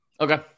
Okay